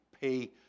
pay